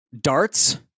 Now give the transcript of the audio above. darts